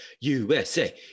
USA